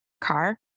car